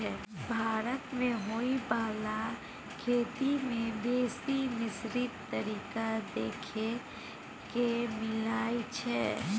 भारत मे होइ बाला खेती में बेसी मिश्रित तरीका देखे के मिलइ छै